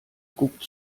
guckt